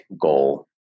goal